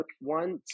one